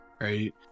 Right